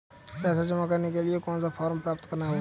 पैसा जमा करने के लिए कौन सा फॉर्म प्राप्त करना होगा?